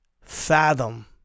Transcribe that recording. fathom